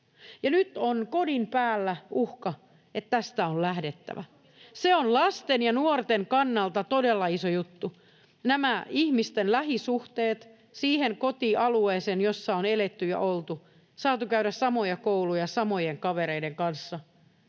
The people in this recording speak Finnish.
nyt on kodin päällä uhka, että tästä on lähdettävä. Se on lasten ja nuorten kannalta todella iso juttu. Nämä ihmisten lähisuhteet siihen kotialueeseen, jolla on eletty ja oltu, saatu käydä samoja kouluja samojen kavereiden kanssa